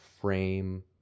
frame